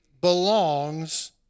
belongs